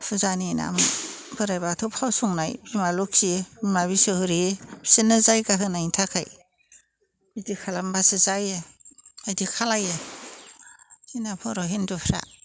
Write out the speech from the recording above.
फुजानि नाम बोराय बाथौ फसंनाय बिमा लखि बिमा बिस'हरि बिसोरनो जायगा होनायनि थाखाय बिदि खालामबासो जायो बिदि खालामो जोंना बर' हिन्दुफ्रा